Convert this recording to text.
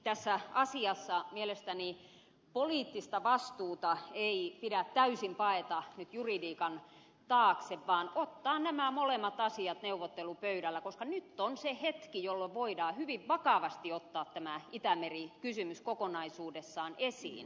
tässä asiassa mielestäni poliittista vastuuta ei pidä täysin paeta nyt juridiikan taakse vaan ottaa nämä molemmat asiat neuvottelupöydälle koska nyt on se hetki jolloin voidaan hyvin vakavasti ottaa tämä itämeri kysymys kokonaisuudessaan esiin